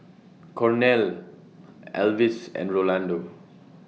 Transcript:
Cornel Alvis and Rolando